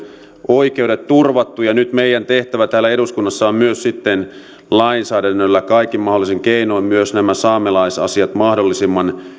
oikeudet turvattu ja nyt meidän tehtävämme täällä eduskunnassa on sitten lainsäädännöllä kaikin mahdollisin keinoin myös nämä saamelaisasiat mahdollisimman